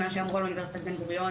מה שאמרו על אוניברסיטת בן גוריון.